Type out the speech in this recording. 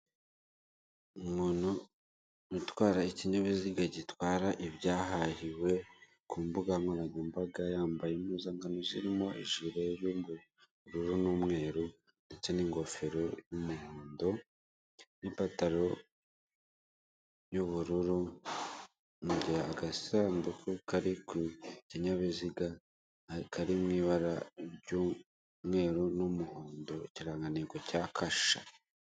Umuntu utwara ikinyabiziga gitwara ibyahahiwe ku mbuga nkoranyambaga yambaye impuzangano zirimo ijire y'ubururu n'umweru ndetse n'ingofero y'umuhondo, n'ipantaro y'ubururu, ahagaze ku gasandugu kari ku kinyabiziga kari mu ibara ry'umweru n'umuhondo, ikirangantego cya kasha.